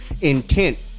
Intent